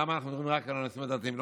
למה אנחנו מדברים רק על הנושאים הדתיים?